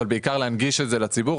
אבל בעיקר להנגיש את זה לציבור.